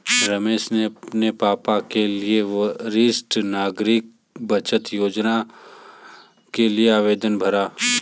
रमेश ने अपने पापा के लिए वरिष्ठ नागरिक बचत योजना के लिए आवेदन भरा